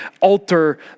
alter